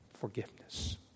forgiveness